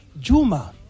juma